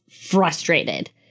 frustrated